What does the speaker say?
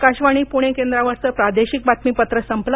आकाशवाणी पुणे केंद्रावरचं प्रादेशिक बातमीपत्र संपलं